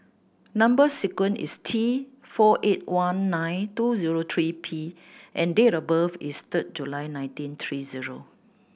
number sequence is T four eight one nine two zero three P and date of birth is third July nineteen three zero